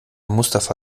mustafa